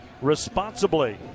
responsibly